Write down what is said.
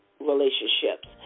relationships